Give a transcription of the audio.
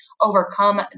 overcome